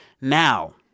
Now